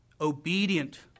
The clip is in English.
obedient